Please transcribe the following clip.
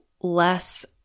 less